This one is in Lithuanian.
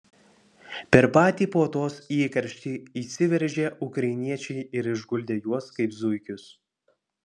per patį puotos įkarštį įsiveržė ukrainiečiai ir išguldė juos kaip zuikius